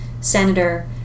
senator